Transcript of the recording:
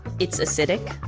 it's acidic,